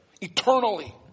eternally